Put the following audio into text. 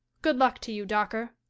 good luck to you, dawker.